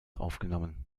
aufgenommen